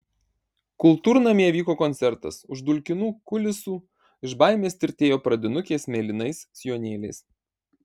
kultūrnamyje vyko koncertas už dulkinų kulisų iš baimės tirtėjo pradinukės mėlynais sijonėliais